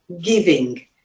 giving